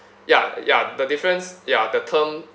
ya ya the difference ya the term